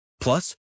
Plus